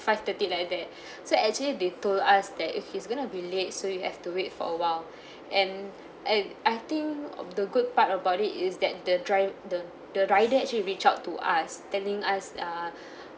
five-thirty like that so actually they told us that if he's gonna be late so you have to wait for a while and and I think of the good part about it is that the drive the the rider actually reach out to us telling us err